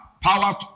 power